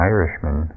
Irishman